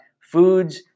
foods